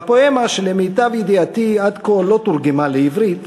בפואמה, שלמיטב ידיעתי לא תורגמה עד כה לעברית,